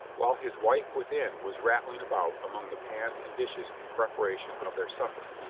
while his wife within was rattling about among the pans and dishes in preparation of their supper,